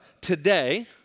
today